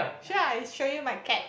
sure I'll show you my cat